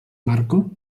marco